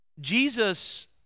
Jesus